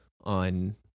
on